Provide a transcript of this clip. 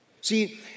See